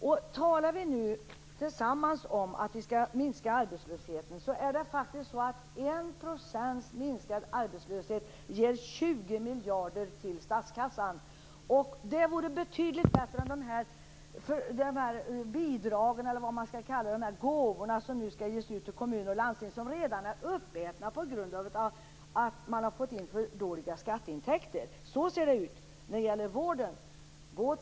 Om vi nu säger gemensamt att arbetslösheten skall minskas, kan jag peka på att 1 % minskad arbetslöshet ger 20 miljarder kronor till statskassan. Men nu skall ju bidrag - gåvor, eller vilken benämning som skall användas - ges till kommuner och landsting. De pengarna är dock redan uppätna på grund av alltför dåliga skatteintäkter. Så ser det ut när det gäller vården.